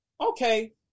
okay